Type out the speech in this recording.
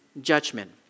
judgment